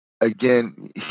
again